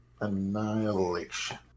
Annihilation